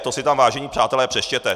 To si tam, vážení přátelé, přečtěte.